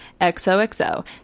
XOXO